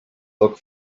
look